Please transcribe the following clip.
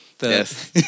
Yes